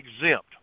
exempt